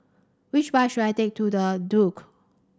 which bus should I take to The Duke